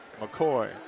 McCoy